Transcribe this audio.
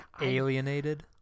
Alienated